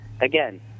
again